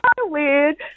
weird